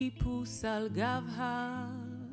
טיפוס על גב ה...